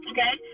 Okay